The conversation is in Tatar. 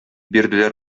бирделәр